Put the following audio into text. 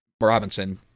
Robinson